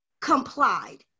complied